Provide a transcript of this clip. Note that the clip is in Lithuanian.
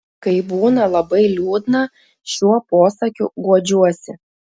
kai būna labai liūdna šiuo posakiu guodžiuosi